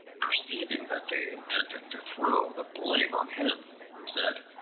perceiving that they intended to throw the blame on him, said,